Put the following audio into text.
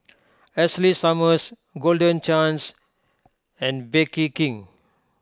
Ashley Summers Golden Chance and Bake King